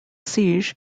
siege